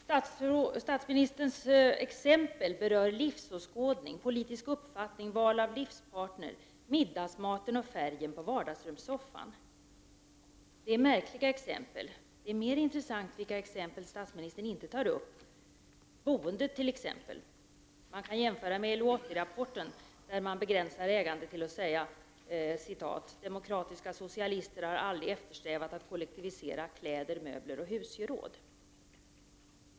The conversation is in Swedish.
Statsministerns exempel berör livsåskådning, politisk uppfattning, val av livspartner, middagsmaten och färgen på vardagsrumssoffan. Det är märkliga exempel. Det är mer intressant vilka exempel som statsministern inte tar upp, t.ex. boendet. Man kan jämföra med LO 80-rapporten, där man begränsar ägandet genom att säga att ”demokratiska socialister har aldrig eftersträvat att kollektivisera kläder, möbler och husgeråd”.